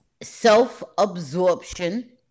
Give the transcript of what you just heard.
self-absorption